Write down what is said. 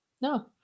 no